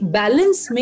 balance